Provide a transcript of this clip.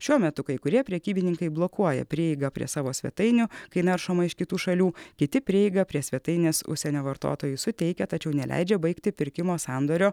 šiuo metu kai kurie prekybininkai blokuoja prieigą prie savo svetainių kai naršoma iš kitų šalių kiti prieigą prie svetainės užsienio vartotojui suteikia tačiau neleidžia baigti pirkimo sandorio